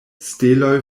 steloj